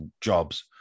jobs